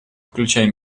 включая